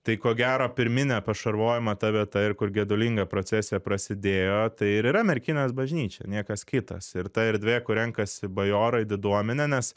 tai ko gero pirminė pašarvojimo ta vieta ir kur gedulinga procesija prasidėjo tai ir yra merkinės bažnyčia niekas kitas ir ta erdvė kur renkasi bajorai diduomenė nes